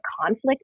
conflict